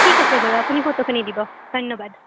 ঠিক আছে বাৰু আপুনি ফ'টোখিনি দিব ধন্যবাদ